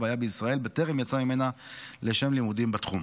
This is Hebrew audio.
היה בישראל בטרם יצא ממנה לשם לימודים בתחום.